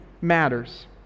matters